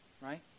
right